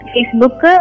Facebook